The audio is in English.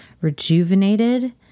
rejuvenated